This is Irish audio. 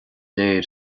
léir